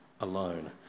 alone